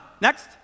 Next